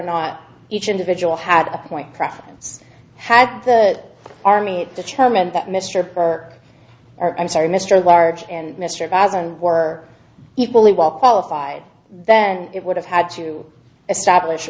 not each individual had a point preference had the army determined that mr burke or i'm sorry mr large and mr vaz and were equally well qualified then it would have had to establish